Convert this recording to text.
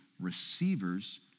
receivers